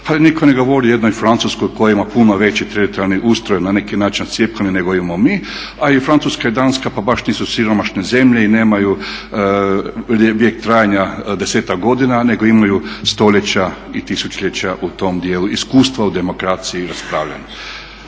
ali nitko ne govori o jednoj Francuskoj koja ima puno veći teritorijalni ustroj na neki način ocjepkani nego imamo mi. A i Francuska i Danska pa baš nisu siromašne zemlje i nemaju vijek trajanja 10-ak godina nego imaju stoljeća i tisućljeća u tom dijelu, iskustva u demokraciji i raspravljanju.